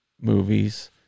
movies